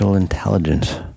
intelligence